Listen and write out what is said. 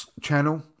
channel